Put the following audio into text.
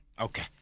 Okay